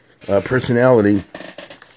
personality